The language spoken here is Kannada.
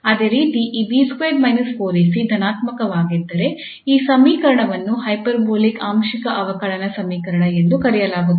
ಅದೇ ರೀತಿ ಈ 𝐵2 − 4𝐴𝐶 ಧನಾತ್ಮಕವಾಗಿದ್ದರೆ ಈ ಸಮೀಕರಣವನ್ನು ಹೈಪರ್ಬೋಲಿಕ್ ಆಂಶಿಕ ಅವಕಲನ ಸಮೀಕರಣ ಎಂದು ಕರೆಯಲಾಗುತ್ತದೆ